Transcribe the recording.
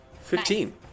Fifteen